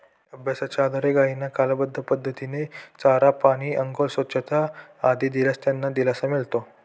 अभ्यासाच्या आधारे गायींना कालबद्ध पद्धतीने चारा, पाणी, आंघोळ, स्वच्छता आदी दिल्यास त्यांना दिलासा मिळतो